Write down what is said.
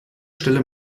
stelle